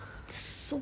so